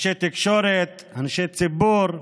אנשי תקשורת, אנשי ציבור ובכלל,